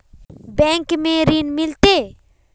Bank में ऋण मिलते?